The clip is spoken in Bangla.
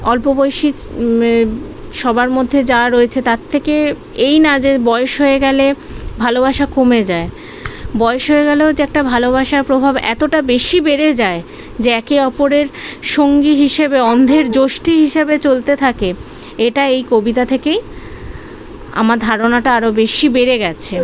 অল্প বয়সী সবার মধ্যে যা রয়েছে তার থেকে এই না যে বয়স হয়ে গেলে ভালোবাসা কমে যায় বয়স হয়ে গেলেও যে একটা ভালোবাসার প্রভাব এতোটা বেশি বেড়ে যায় যে একে অপরের সঙ্গী হিসেবে অন্ধের যষ্টি হিসেবে চলতে থাকে এটা এই কবিতা থেকেই আমার ধারণাটা আরো বেশি বেড়ে গেছে